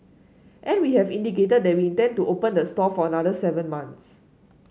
and we have indicated that we intend to open the store for another seven months